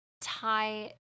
tie